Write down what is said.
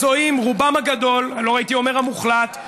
לא הייתי אומר "המוחלט",